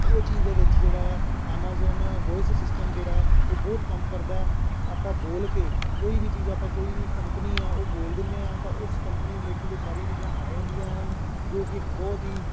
ਉਹ ਚੀਜ਼ ਦੇ ਵਿੱਚ ਜਿਹੜਾ ਐਮਜੋਨ ਵੋਇਸ ਅਸਿਸਟੈਂਟ ਜਿਹੜਾ ਉਹ ਬਹੁਤ ਕੰਮ ਕਰਦਾ ਆਪਾਂ ਬੋਲ ਕੇ ਕੋਈ ਵੀ ਚੀਜ਼ ਆਪਾਂ ਕੋਈ ਵੀ ਕੰਪਨੀ ਹੈ ਉਹ ਬੋਲ ਦਿੰਦੇ ਹਾਂ ਤਾਂ ਉਸ ਕੰਪਨੀ ਰਿਲੇਟਡ ਉਹ ਸਾਰੀਆਂ ਚੀਜ਼ਾਂ ਆ ਜਾਂਦੀਆਂ ਹਨ ਜੋ ਕਿ ਇੱਕ ਬਹੁਤ ਹੀ